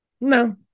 No